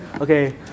Okay